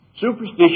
Superstition